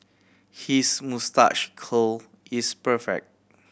his moustache curl is perfect